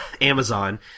Amazon